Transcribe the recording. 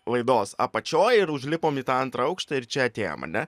laidos apačioj ir užlipom į tą antrą aukštą ir čia atėjom ane